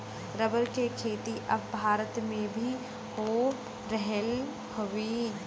rubber के खेती अब भारत में भी हो रहल हउवे